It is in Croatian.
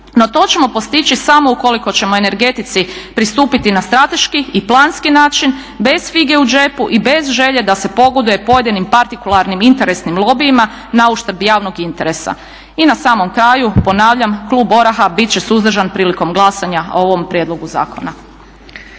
No, to ćemo postići samo ukoliko ćemo energetici pristupiti na strateški i planski način, bez fige u džepu i bez želje da se pogoduje pojedinim partikularnim interesnim lobijima nauštrb javnog interesa. I na samom kraju ponavljam, klub ORAH-a bit će suzdržan prilikom glasanja o ovom prijedlogu zakona.